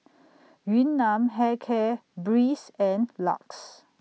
Yun Nam Hair Care Breeze and LUX